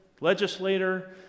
legislator